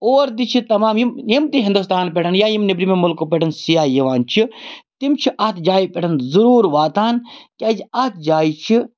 اور تہِ چھِ تَمام یِم یِم تہِ ہِندوستان پٮ۪ٹھ یا یِم نیٚبرِمیو مُلکو پٮ۪ٹھ سِیاح یِوان چھِ تِم چھِ اَتھ جایہِ پٮ۪ٹھ ضٔروٗر واتان کیٛازِ اَتھ جایہِ چھِ